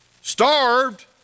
starved